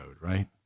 right